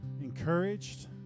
encouraged